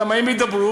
למה אם הם ידברו,